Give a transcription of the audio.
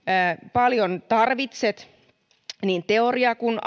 paljon tarvitset niin teoriaa kuin